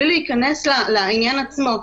בלי להיכנס לעניין עצמו.